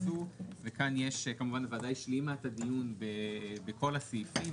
והיצוא וכאן כמובן הוועדה השלימה את הדיון בכל הסעיפים,